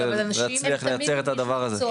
ולהצליח לייצר את הדבר הזה.